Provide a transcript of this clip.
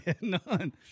none